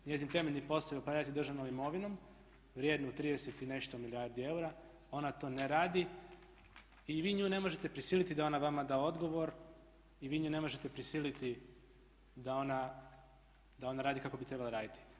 Njezin temeljni posao je upravljati državnom imovinom vrijednom 30 i nešto milijardi eura, ona to ne radi i vi nju ne možete prisiliti da ona vama da odgovor i vi nju ne možete prisiliti da ona radi kako bi trebala raditi.